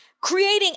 creating